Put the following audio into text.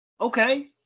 Okay